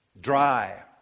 dry